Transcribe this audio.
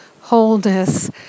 wholeness